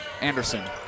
Anderson